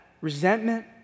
resentment